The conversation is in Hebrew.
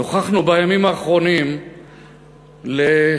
נוכחנו בימים האחרונים באמירות